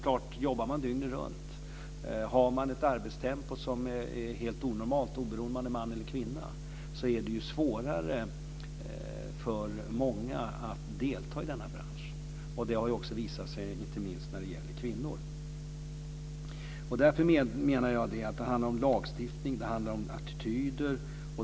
Jobbar man dygnet runt, har man ett arbetstempo som är helt onormalt, oberoende om man är man eller kvinna, är det svårare för många att delta i denna bransch. Det har också visat sig inte minst när det gäller kvinnor. Det handlar om lagstiftning. Det handlar om attityder.